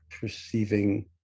perceiving